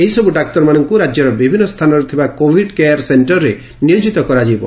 ଏହିସବୁ ଡାକ୍ତରମାନଙ୍କୁ ରାଜ୍ୟର ବିଭିନ୍ନ ସ୍ଥାନରେ ଥିବା କୋଭିଡ୍ କେୟାର୍ ସେକ୍କର୍ରେ ନିୟୋଜିତ କରାଯିବ